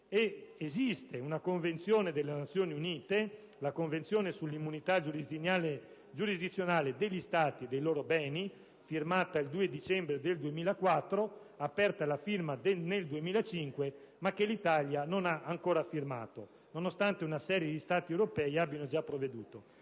Esiste la Convenzione delle Nazioni Unite sull'immunità giurisdizionale degli Stati e dei loro beni del 2 dicembre 2004, aperta alla firma nel 2005, ma che l'Italia non ha ancora firmato, nonostante una serie di Stati europei abbia già provveduto.